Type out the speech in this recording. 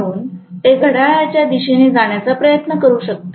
म्हणून ते घड्याळाच्या दिशेने जाण्याचा प्रयत्न करू शकते